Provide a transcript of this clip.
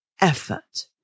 effort